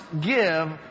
give